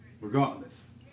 Regardless